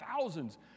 thousands